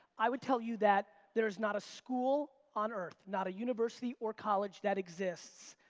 i would tell you that there's not a school on earth, not a university or college that exists,